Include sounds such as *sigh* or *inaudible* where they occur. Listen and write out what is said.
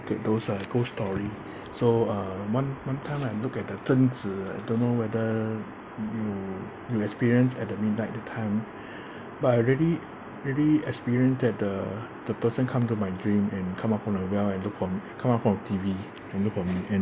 at those uh ghost story so uh one one time I look at a zhen zi I don't know whether you you experience at the midnight that time *breath* but I really really experienced that the the person come to my dream and come out from the well and look for me come out from T_V and look for me and